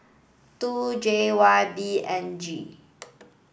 two J Y B N G